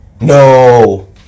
No